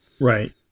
right